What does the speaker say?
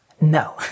no